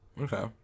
Okay